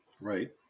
Right